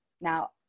now